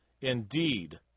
Indeed